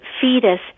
fetus